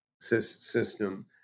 system